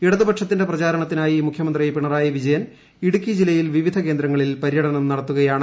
ഇടതുപക്ഷത്തിന്റെ പ്രചാരണത്തിനായി മുഖ്യമന്ത്രി പിണറായി വിജയൻ ഇടുക്കി ജില്ലയിൽ വിവിധ കേന്ദ്രങ്ങളിൽ പര്യടനം നടത്തുകയാണ്